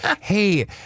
Hey